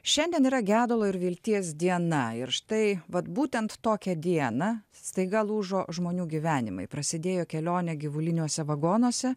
šiandien yra gedulo ir vilties diena ir štai vat būtent tokią dieną staiga lūžo žmonių gyvenimai prasidėjo kelionė gyvuliniuose vagonuose